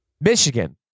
Michigan